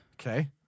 okay